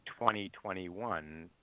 2021